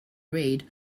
read